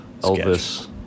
Elvis –